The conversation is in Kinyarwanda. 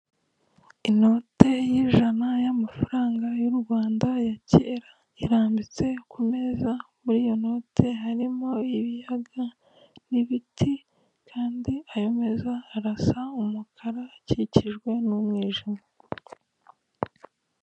Inote y'ijana y'amafaranga y'u Rwanda ya kera irambitse ku meza, muri iyo note harimo ibiyaga n'ibiti kandi ayo meza arasa umukara akikijwe n'umwijima.